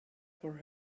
for